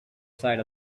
side